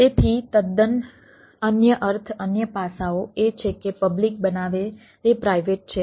તેથી તદ્દન અન્ય અર્થ અન્ય પાસાઓ એ છે જે પબ્લિક બનાવે તે પ્રાઇવેટ છે